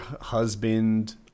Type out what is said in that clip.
husband